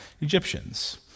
Egyptians